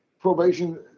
probation